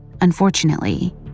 Unfortunately